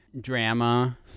drama